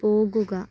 പോകുക